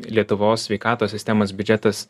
lietuvos sveikatos sistemos biudžetas